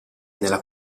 nella